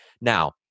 Now